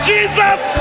Jesus